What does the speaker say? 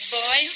boy